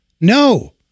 No